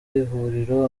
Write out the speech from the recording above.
ivuriro